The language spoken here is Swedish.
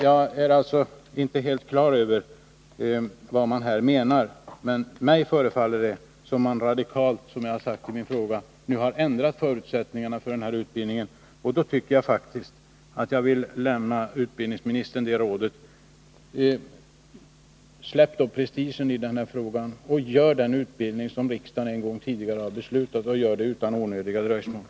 Jag är inte helt klar över vad man menar, men mig förefaller det som om man radikalt, som jag har sagt i min fråga, nu har ändrat förutsättningarna för den här utbildningen. Jag vill lämna utbildningsministern ett råd: Släpp prestigen i den här frågan och sätt i gång den utbildning som riksdagen en gång har beslutat om, och gör det utan onödiga dröjsmål.